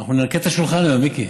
אנחנו ננקה את השולחן היום, מיקי.